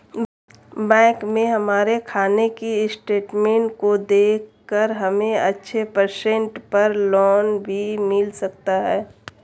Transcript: bank में हमारे खाने की स्टेटमेंट को देखकर हमे अच्छे परसेंट पर लोन भी मिल सकता है